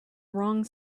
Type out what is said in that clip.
wrong